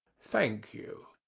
thank you!